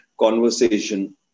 conversation